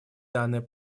данный